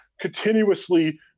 continuously